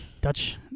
Dutch